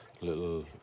little